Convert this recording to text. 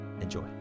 Enjoy